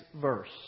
verse